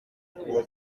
kuba